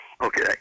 Okay